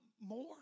more